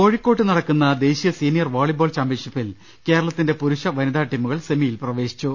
കോഴിക്കോട്ട് നടക്കുന്ന ദേശീയ സീനിയർ വോളിബോൾ ചാമ്പ്യൻഷിപ്പിൽ കേരളത്തിന്റെ പുരുഷ വനിതാ ടീമുകൾ സെമിയിൽ പ്രവേശിച്ചു